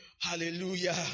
Hallelujah